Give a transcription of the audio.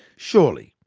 surely,